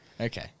Okay